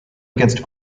against